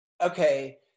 Okay